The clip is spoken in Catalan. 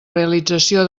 realització